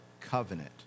covenant